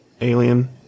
alien